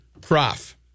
prof